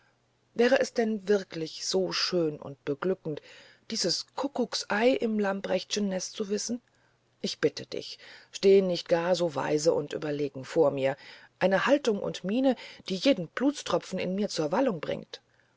wäre es denn wirklich so schön und beglückend dieses kuckucksei im lamprechtschen nest zu wissen ich bitte dich stehe nicht gar so weise und überlegen vor mir eine haltung und miene die jeden blutstropfen in mir zur wallung bringt